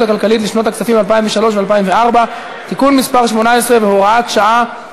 הכלכלית לשנות הכספים 2003 ו-2004) (תיקון מס' 18 והוראת שעה),